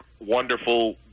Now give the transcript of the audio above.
wonderful